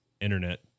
internet